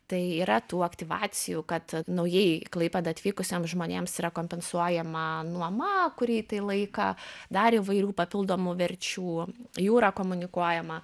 tai yra tų aktyvacijų kad naujai į klaipėdą atvykusiems žmonėms yra kompensuojama nuoma kurį tai laiką dar įvairių papildomų verčių jūra komunikuojama